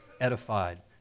edified